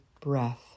breath